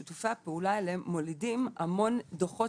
שיתופי הפעולה האלה מולידים המון דוחות